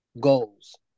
goals